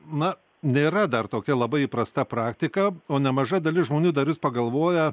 na nėra dar tokia labai įprasta praktika o nemaža dalis žmonių dar vis pagalvoja